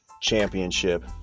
championship